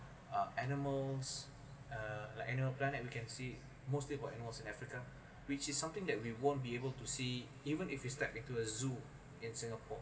uh animals uh like you know planet we can see mostly about what's africa which is something that we won't be able to see even if you step into a zoo in singapore